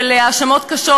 של האשמות קשות,